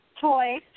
toy